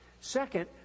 Second